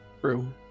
True